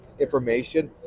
information